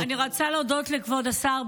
אני רוצה להודות לכבוד השר.